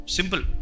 Simple